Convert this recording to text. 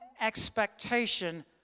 expectation